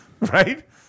right